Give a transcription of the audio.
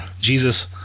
Jesus